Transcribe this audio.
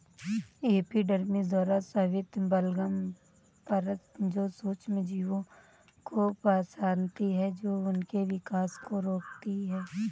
epidermis द्वारा स्रावित बलगम परत जो सूक्ष्मजीवों को फंसाती है और उनके विकास को रोकती है